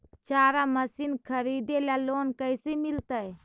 चारा मशिन खरीदे ल लोन कैसे मिलतै?